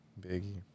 Biggie